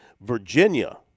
Virginia